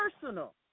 personal